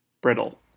brittle